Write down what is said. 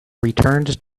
returned